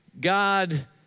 God